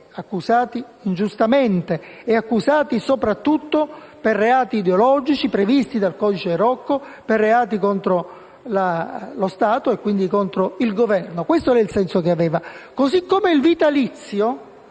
accusati ingiustamente, e accusati soprattutto per reati ideologici previsti dal codice Rocco, per reati contro lo Stato e, quindi, contro il Governo. Questo era il senso che aveva. Allo stesso modo,